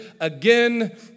again